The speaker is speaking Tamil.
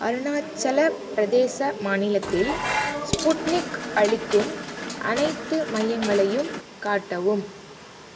அருணாச்சல பிரதேச மாநிலத்தில் ஸ்புட்னிக் அளிக்கும் அனைத்து மையங்களையும் காட்டவும்